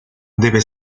debe